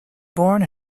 born